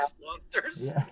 monsters